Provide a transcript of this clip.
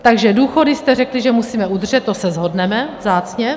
Takže důchody jste řekli, že musíme udržet, to se shodneme vzácně.